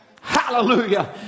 Hallelujah